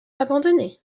abandonnée